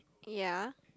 ya